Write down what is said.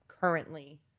currently